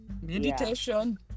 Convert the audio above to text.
meditation